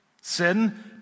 Sin